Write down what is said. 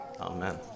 Amen